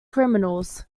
criminals